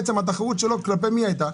בעצם התחרות שלו כלפי מי היא הייתה?